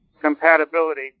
compatibility